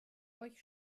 euch